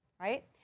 right